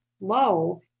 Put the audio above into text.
low